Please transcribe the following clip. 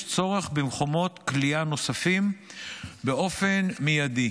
יש צורך במקומות כליאה נוספים באופן מיידי,